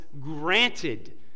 granted